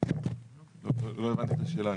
לא הבנתי את השאלה.